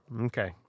okay